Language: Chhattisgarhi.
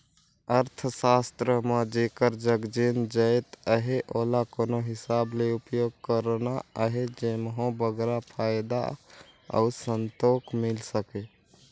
अर्थसास्त्र म जेकर जग जेन जाएत अहे ओला कोन हिसाब ले उपयोग करना अहे जेम्हो बगरा फयदा अउ संतोक मिल सके